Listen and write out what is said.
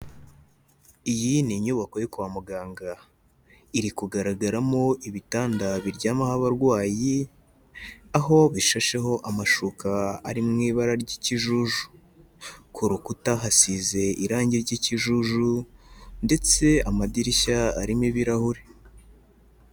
Iyi ni inyubako yo kwa muganga iri kugaragaramo ibitanda biryamaho abarwayi, aho bishasheho amashuka ari mu ibara ry'ikijuju, ku rukuta hasize irange ry'ikijuju ndetse amadirishya arimo ibirahure.